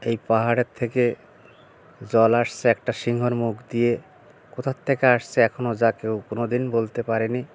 এই পাহাড়ের থেকে জল আসছে একটা সিংহর মুখ দিয়ে কোথা থেকে আসছে এখনও যা কেউ কোনোদিন বলতে পারে নি